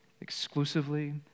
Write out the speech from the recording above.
exclusively